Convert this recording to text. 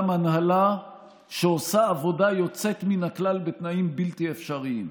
גם הנהלה שעושה עבודה יוצאת מן הכלל בתנאים בלתי אפשריים.